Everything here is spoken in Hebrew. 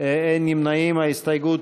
קבוצת סיעת המחנה הציוני,